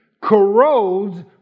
corrodes